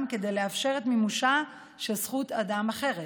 כדי לאפשר את מימושה של זכות אדם אחרת.